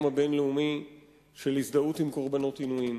הבין-לאומי של הזדהות עם קורבנות עינויים.